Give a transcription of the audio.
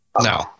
No